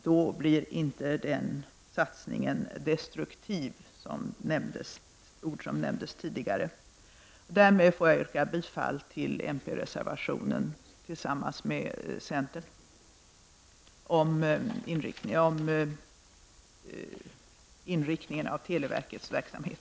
Då blir inte den satsningen destruktiv -- ord som nämnts tidigare. Därmed yrkar jag bifall till reservation 2 som vi har tillsammans med centern om ökad kapacitet i telenätet.